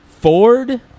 Ford